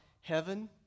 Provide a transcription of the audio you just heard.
heaven